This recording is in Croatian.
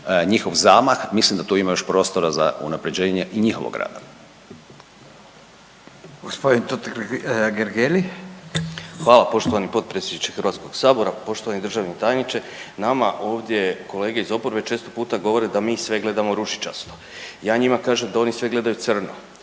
njihov zamah, mislim da ima tu još prostora za unaprjeđenje i njihovog rada. **Radin, Furio (Nezavisni)** Gospodin Totgergeli. **Totgergeli, Miro (HDZ)** Hvala poštovani potpredsjedniče Hrvatskog sabora. Poštovani državni tajniče, nama ovdje kolege iz oporbe često puta govore da mi sve gledamo ružičasto. Ja njima kažem da oni sve gledaju crno,